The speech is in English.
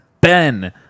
ben